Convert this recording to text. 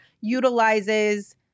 utilizes